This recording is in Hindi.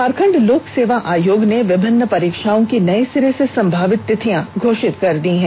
झारखंड लोक सेवा आयोग ने विभिन्न परीक्षाओं की नए सिरे से संभावित तिथियां घोषित कर दी है